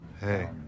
Hey